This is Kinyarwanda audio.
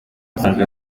asanzwe